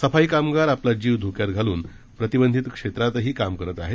सफाई कामगार आपला जीव धोक्यात घालून प्रतिबंधित क्षेत्रातही काम करत आहेत